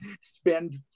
spend